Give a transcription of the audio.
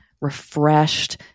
refreshed